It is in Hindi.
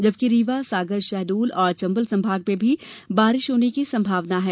जबकि रीवा सागर शहडोल एवं चंबल संभाग में भी बारिश होने की संभावना है